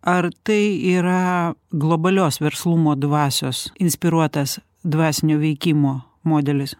ar tai yra globalios verslumo dvasios inspiruotas dvasinio veikimo modelis